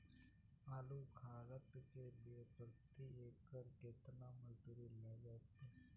आलू उखारय के लिये प्रति एकर केतना मजदूरी लागते?